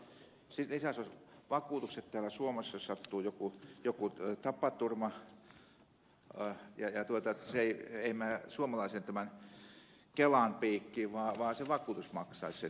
sitten lisäksi olisivat vakuutukset täällä suomessa jos sattuu joku tapaturma jotta se ei mene suomalaisen kelan piikkiin vaan se vakuutus maksaisi sen